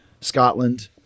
Scotland